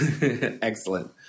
Excellent